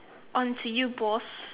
on to you boss